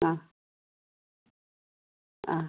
ആ ആ